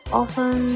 often